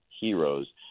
heroes